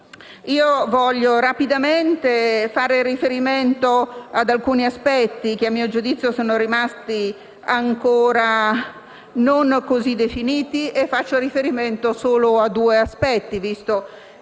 voglio rapidamente fare riferimento ad alcuni aspetti che - a mio giudizio - sono rimasti ancora non così definiti. Faccio riferimento solo a due aspetti, visto il